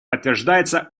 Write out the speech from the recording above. подтверждается